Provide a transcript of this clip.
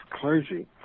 clergy